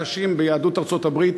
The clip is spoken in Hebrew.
הקשים ליהדות ארצות-הברית,